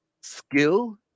skill